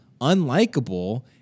unlikable